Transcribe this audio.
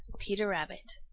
peter rabbit.